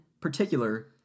particular